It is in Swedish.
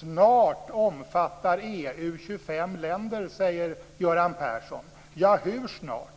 Snart omfattar EU 25 länder, säger Göran Persson. Hur snart?